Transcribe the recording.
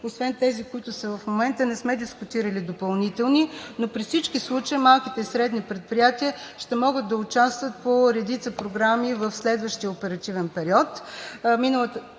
Освен тези, които са в момента, не сме дискутирали допълнителни, но при всички случаи малките и средните предприятия ще могат да участват по редица програми в следващия оперативен период.